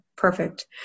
Perfect